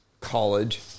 College